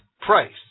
price